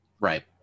Right